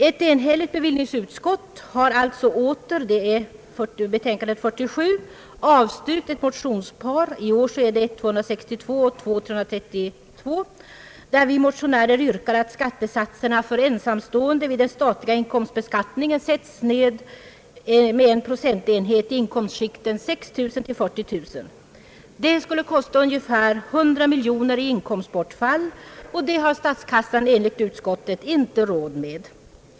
Ett enhälligt bevillningsutskott har alltså i betänkandet nr 47 åter avstyrkt ett motionspar — i år är det I: 262 och II: 332 — där vi motionärer yrkar att skattesatserna för ensamstående vid den statliga inkomstbeskattningen sätts ned med en procentenhet i inkomstskikten 6 000—40 000 kronor. Det skulle kosta ungefär 100 miljoner kronor i inkomstbortfall, och det har statskassan enligt utskottet inte råd med.